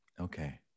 Okay